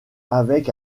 avec